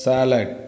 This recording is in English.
Salad